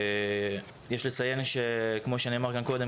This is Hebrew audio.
ויש לציין שכמו שנאמר כן קודם